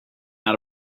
out